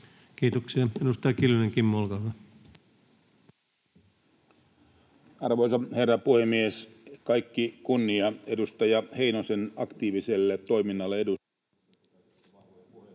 Kiitoksia. — Edustaja Kiljunen, Kimmo, olkaa hyvä. Arvoisa herra puhemies! Kaikki kunnia edustaja Heinosen aktiiviselle toiminnalle eduskunnassa,